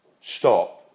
stop